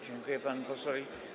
Dziękuję panu posłowi.